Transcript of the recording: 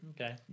Okay